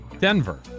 Denver